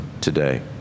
today